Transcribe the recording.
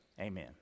Amen